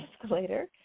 escalator